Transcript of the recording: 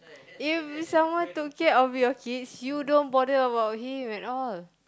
if someone took care of your kids you don't bother about him at all